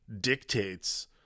dictates